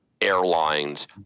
airlines